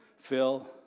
Phil